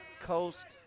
Coast